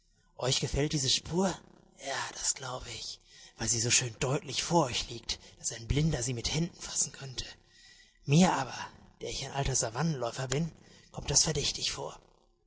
euch gefällt diese spur ja das glaube ich weil sie so schön deutlich vor euch liegt daß ein blinder sie mit händen fassen könnte mir aber der ich ein alter savannenläufer bin kommt das verdächtig vor